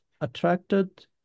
attracted